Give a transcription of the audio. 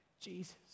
Jesus